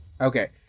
Okay